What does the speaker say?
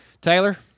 Taylor